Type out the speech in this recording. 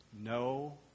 no